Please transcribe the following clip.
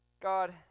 God